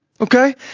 okay